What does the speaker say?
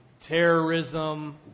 terrorism